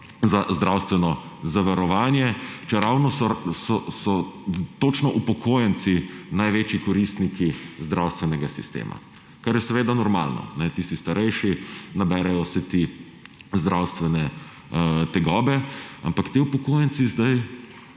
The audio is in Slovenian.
za zdravstveno zavarovanje, čeravno so točno upokojenci največji koristniki zdravstvenega sistema, kar je seveda normalno, ti si starejši, naberejo se ti zdravstvene tegobe. Ampak ti upokojenci sedaj